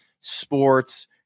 sports